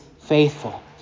faithful